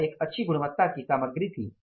यह एक अच्छी गुणवत्ता की सामग्री थी